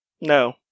No